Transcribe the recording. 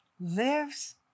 lives